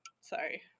Sorry